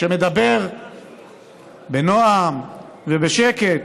מדבר בנועם ובשקט,